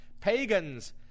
Pagans